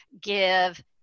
give